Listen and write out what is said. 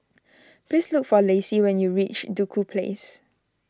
please look for Lacie when you reach Duku Place